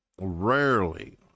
rarely